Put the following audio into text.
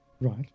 right